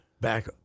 Back